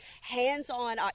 hands-on